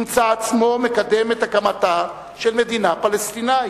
ימצא את עצמו מקדם את הקמתה של מדינה פלסטינית.